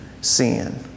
sin